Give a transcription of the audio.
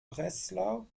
breslau